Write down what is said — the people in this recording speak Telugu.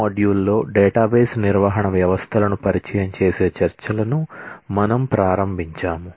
మాడ్యూల్ 2 లో డేటాబేస్ నిర్వహణ వ్యవస్థలను పరిచయం చేసే చర్చలను మనము ప్రారంభించాము